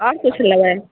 आओर किछु लेबै